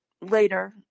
later